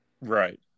Right